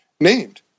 named